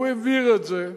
הוא העביר את זה.